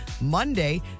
Monday